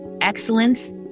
excellence